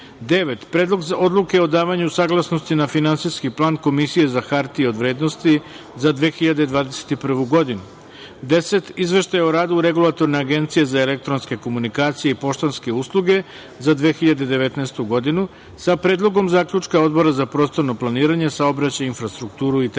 Predlog odluke o davanju saglasnosti na Finansijski plan Komisije za hartije od vrednosti za 2021. godinu;10. Izveštaj o radu Regulatorne agencije za elektronske komunikacije i poštanske usluge za 2019. godinu, sa Predlog zaključka Odbora za prostorno planiranje, saobraćaj, infrastrukturu i